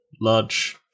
large